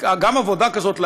עבודה כזאת,